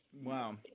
Wow